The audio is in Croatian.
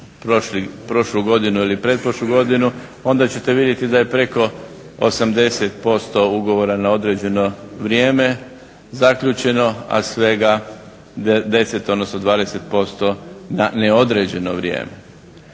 prošlu godinu ili pretprošlu godinu, onda ćete vidjeti da je preko 80% ugovora na određeno vrijeme zaključeno, a svega 10 odnosno 20% na neodređeno vrijeme.